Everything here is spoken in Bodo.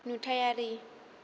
नुथायारि